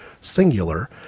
singular